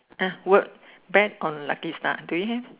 uh work back on lucky star do you have